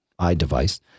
iDevice